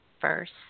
first